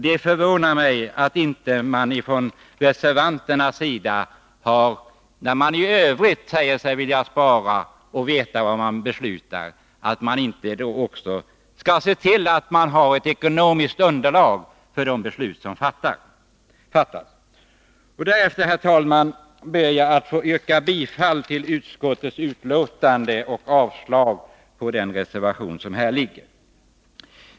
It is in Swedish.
Det förvånar mig att inte reservanterna — när de i övrigt säger sig vilja spara och veta vad man beslutar — har velat se till att det finns ett ekonomiskt underlag för de beslut som fattas. Därmed, herr talman, ber jag att få yrka bifall till utskottets hemställan och avslag på den reservation som föreligger.